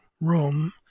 room